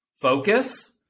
focus